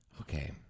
Okay